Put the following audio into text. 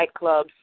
nightclubs